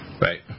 Right